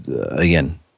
Again